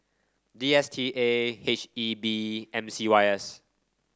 D S T A H E B M C Y S